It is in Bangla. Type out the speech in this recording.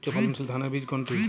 উচ্চ ফলনশীল ধানের বীজ কোনটি?